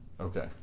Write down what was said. Okay